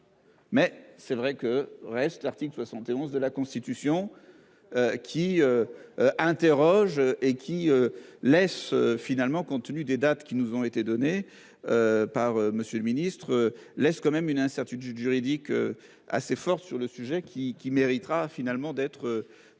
Mais c'est vrai que reste l'article 71 de la Constitution. Qui. Interroge et qui laisse finalement compte tenu des dates qui nous ont été donnés. Par Monsieur le Ministre, laisse quand même une incertitude juridique assez forte sur le sujet qui qui méritera finalement d'être pris en